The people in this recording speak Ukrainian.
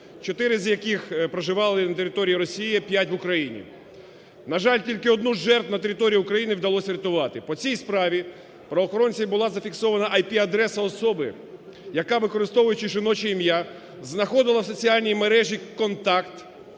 чотири з яких проживали на території Росії, п'ять – в Україні. На жаль, тільки одну з жертв на території України вдалося врятувати. По цій справі правоохоронцями була зафіксована ІР-адреса особи, яка, використовуючи жіноче ім'я, знаходила в соціальній мережі "Контакт"